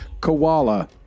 koala